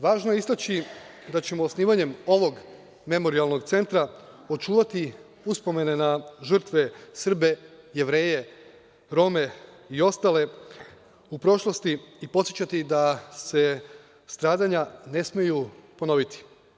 Važno je istaći da ćemo osnivanjem ovog Memorijalnog centra očuvati uspomene na žrtve Srbe, Jevreje, Rome i ostale u prošlosti i podsećati da se stradanja ne smeju ponoviti.